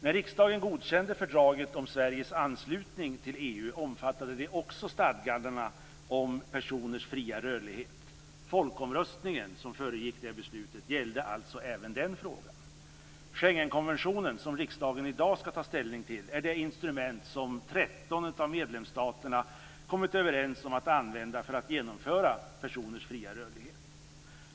När riksdagen godkände fördraget om Sveriges anslutning till EU omfattade det också stadgandena om personers fria rörlighet. Folkomröstningen som föregick beslutet gällde alltså även den frågan. Schengenkonventionen, som riksdagen i dag skall ta ställning till, är det instrument som 13 av medlemsstaterna kommit överens om att använda för att genomföra personers fria rörlighet.